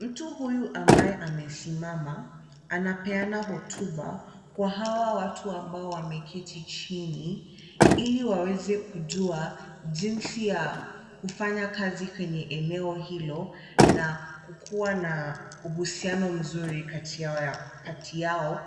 Mtu huyu ambaye amesimama, anapeana hotuba kwa hawa watu ambao wameketi chini, ili waweze kujua jinsi ya kufanya kazi kwenye eneo hilo na kukuwa na uhusiano mzuri kati yao